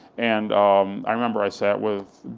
and um i remember i sat with,